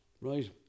right